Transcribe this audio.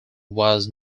was